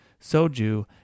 Soju